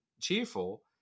cheerful